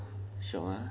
oh shiok ah